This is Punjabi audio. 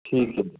ਠੀਕ ਹੈ ਜੀ